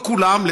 לא כולם,